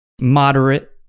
moderate